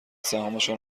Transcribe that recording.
سهامشان